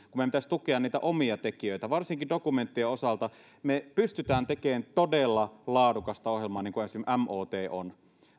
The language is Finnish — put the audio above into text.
kun meidän pitäisi tukea niitä omia tekijöitä varsinkin dokumenttien osalta me pystymme tekemään todella laadukasta ohjelmaa niin kuin esimerkiksi mot on